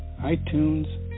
iTunes